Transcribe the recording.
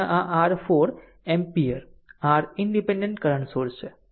અને આ r 4 ampere r independent current source છે